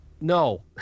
no